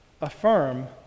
affirm